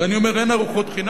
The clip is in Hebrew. אבל אני אומר, אין ארוחות חינם,